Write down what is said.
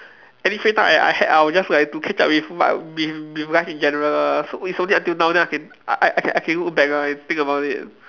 any free time I I had I will just like to catch up with what with with life in general so it's only until now then I can I I can I can look back ah and think about it